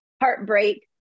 heartbreak